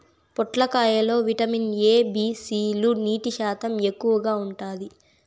పొట్లకాయ లో vitamin A, B, C లు, నీటి శాతం ఎక్కువగా ఉంటాది